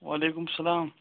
وعلیکُم السلام